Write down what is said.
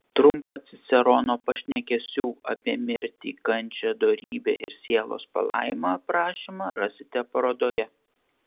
trumpą cicerono pašnekesių apie mirtį kančią dorybę ir sielos palaimą aprašymą rasite parodoje